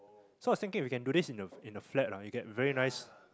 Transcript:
so I was thinking we can do this in a in a flat ah we get very nice